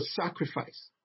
sacrifice